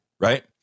right